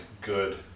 good